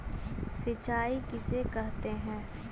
सिंचाई किसे कहते हैं?